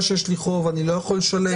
שיש להם חוב והם לא יכולים לשלם אותו.